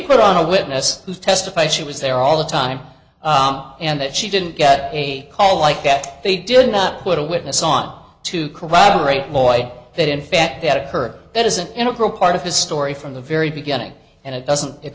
put on a witness who testified she was there all the time and that she didn't get a call like that they did not put a witness on to corroborate lloyd that in fact that occurred that is an integral part of his story from the very beginning and it doesn't it